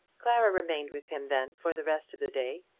clara remained with him then for the rest of the day,